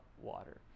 water